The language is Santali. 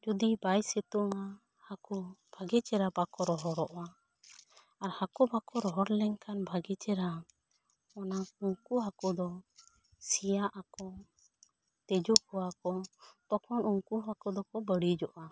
ᱡᱚᱫᱤ ᱵᱟᱭ ᱥᱤᱛᱩᱝᱼᱟ ᱦᱟᱹᱠᱩ ᱵᱷᱟᱜᱮ ᱪᱮᱦᱨᱟ ᱵᱟᱠᱚ ᱨᱚᱦᱚᱲᱚᱜᱼᱟ ᱟᱨ ᱦᱟᱹᱠᱩ ᱵᱟᱠᱚ ᱨᱚᱦᱚᱲ ᱞᱮᱱᱠᱷᱟᱱ ᱵᱷᱟᱜᱮ ᱪᱮᱦᱨᱟ ᱩᱱᱠᱩ ᱠᱚ ᱦᱟᱹᱠᱩ ᱫᱚ ᱥᱤᱭᱟᱜ ᱟᱠᱚ ᱛᱤᱡᱩ ᱠᱚᱣᱟ ᱠᱚ ᱛᱚᱠᱷᱚᱱ ᱩᱱᱠᱩ ᱦᱟᱹᱠᱩ ᱫᱚᱠᱚ ᱵᱟᱹᱲᱤᱡᱚᱜᱼᱟ